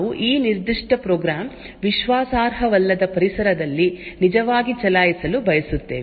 ಈ ನಿರ್ದಿಷ್ಟ ಪ್ರೋಗ್ರಾಂ ವಿಶ್ವಾಸಾರ್ಹವಲ್ಲದ ಪರಿಸರದಲ್ಲಿ ನಿಜವಾಗಿ ಚಲಾಯಿಸಲು ಬಯಸುತ್ತೇವೆ